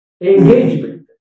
engagement